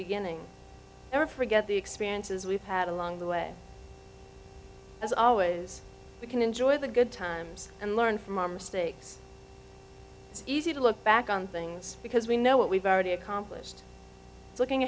beginning or forget the experiences we've had along the way as always we can enjoy the good times and learn from our mistakes it's easy to look back on things because we know what we've already accomplished looking